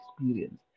experience